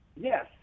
yes